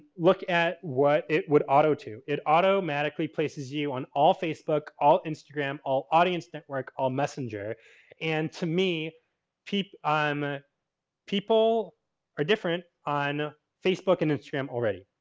look at what it would auto to. it automatically places you on all facebook, all instagram, all audience network, all messenger and to me people, um um people are different on facebook and instagram already.